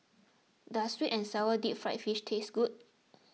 does Sweet and Sour Deep Fried Fish taste good